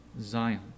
Zion